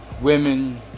women